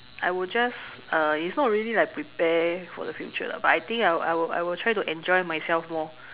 I will just uh it's not really like prepare for the future but I think I will I will I will try to enjoy myself more